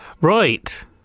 Right